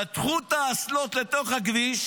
חתכו את האסלות לתוך הכביש